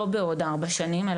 לא בעוד ארבע שנים.